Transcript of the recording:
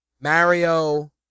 Mario